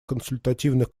консультативных